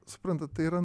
suprantat tai yra